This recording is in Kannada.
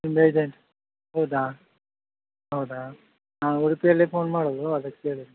ನಿಮ್ದು ಏಜೆಂಟ್ ಹೌದಾ ಹೌದಾ ನಾವು ಉಡುಪಿಯಲ್ಲಿ ಫೋನ್ ಮಾಡುದು ಅದಕ್ಕೆ ಕೇಳಿದೆ